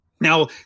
Now